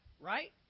right